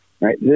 right